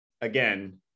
again